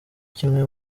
kimwe